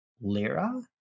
lira